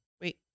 Wait